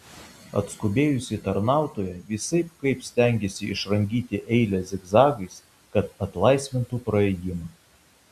atskubėjusi tarnautoja visaip kaip stengėsi išrangyti eilę zigzagais kad atlaisvintų praėjimą